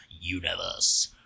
universe